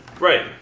Right